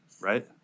right